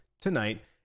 tonight